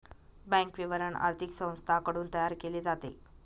bank विवरण आर्थिक संस्थांकडून तयार केले जाते